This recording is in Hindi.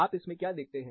आप इसमें क्या देखते हैं